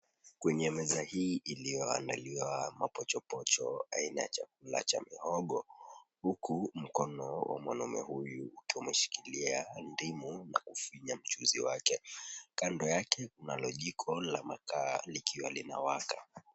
Kwenye meza hii iliyoandaliwa mapochopocho aina ya chakula cha mihogo huku mkono wa mwanaume huyu ukiwa umeshikilia ndimu na kufinya mchuzi wake kando yake kunalo jiko la makaa likiwa linawaka.